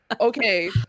okay